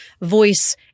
voice